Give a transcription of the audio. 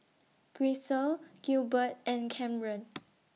Grisel Gilbert and Camren